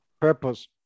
purpose